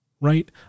right